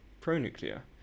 pro-nuclear